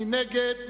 מי נגד?